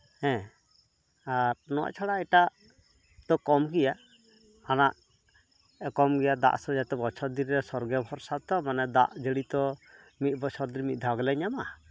ᱦᱮᱸ ᱟᱨ ᱱᱚᱣᱟ ᱪᱷᱟᱲᱟ ᱮᱴᱟᱜ ᱟᱜ ᱫᱚ ᱠᱚᱢ ᱜᱮᱭᱟ ᱦᱟᱱᱟ ᱠᱚᱢ ᱜᱮᱭᱟ ᱫᱟᱜ ᱥᱚᱝᱜᱮᱛᱮ ᱵᱚᱪᱷᱚᱨ ᱫᱤᱱᱨᱮ ᱥᱚᱨᱜᱚ ᱵᱷᱚᱨᱥᱟ ᱛᱚ ᱫᱟᱜ ᱡᱟᱹᱲᱤ ᱛᱚ ᱢᱤᱫ ᱵᱚᱪᱷᱚᱨ ᱨᱮ ᱢᱤᱫ ᱫᱷᱟᱶ ᱜᱮᱞᱮ ᱧᱟᱢᱟ